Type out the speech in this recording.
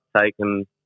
taken